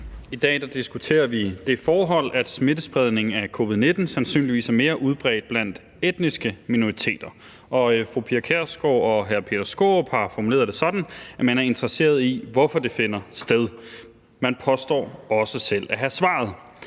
I dag diskuterer vi det forhold, at smittespredning af covid-19 sandsynligvis er mere udbredt blandt etniske minoriteter, og fru Pia Kjærsgaard og hr. Peter Skaarup har formuleret det sådan, at man er interesseret i, hvorfor det finder sted. Man påstår også selv at have svaret: